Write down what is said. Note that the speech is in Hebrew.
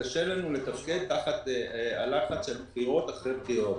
קשה לנו לתפקד תחת הלחץ של בחירות אחרי בחירות.